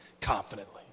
confidently